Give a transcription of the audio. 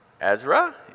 Ezra